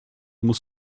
muss